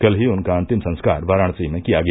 कल ही उनका अन्तिम संस्कार वाराणसी में किया गया